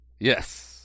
Yes